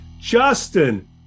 Justin